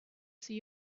see